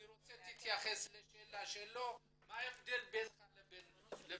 אני רוצה שתתייחס לשאלה מה ההבדל בינך לבינם.